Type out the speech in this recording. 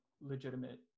legitimate